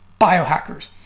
biohackers